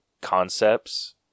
concepts